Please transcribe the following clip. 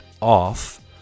off